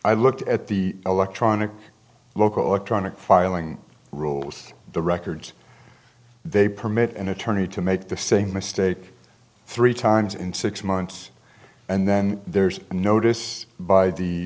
i looked at the electronic local electronic filing rules the records they permit an attorney to make the same mistake three times in six months and then there's a notice by the